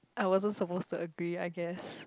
I also supposed to agree I guess